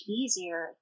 easier